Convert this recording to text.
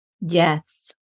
Yes